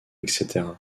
etc